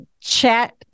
chat